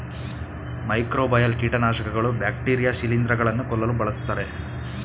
microbial ಕೀಟನಾಶಕಗಳು bacteria ಶಿಲಿಂದ್ರ ಗಳನ್ನು ಕೊಲ್ಲಲು ಬಳ್ಸತ್ತರೆ